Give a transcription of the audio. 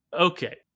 okay